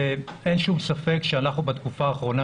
אין שום ספק שאנחנו בתקופה האחרונה,